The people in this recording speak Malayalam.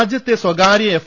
രാജ്യത്തെ സ്വകാര്യ എഫ്